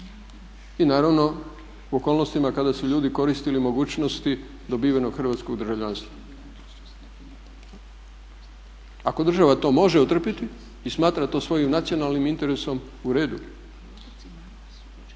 i naravno okolnostima kada su ljudi koristili mogućnosti dobivenog hrvatskog državljanstva. Ako država to može otrpiti i smatra to svojim nacionalnim interesom uredu,